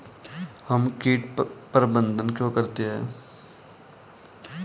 हम कीट प्रबंधन क्यों करते हैं?